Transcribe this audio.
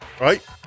right